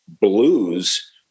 Blues